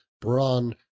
brawn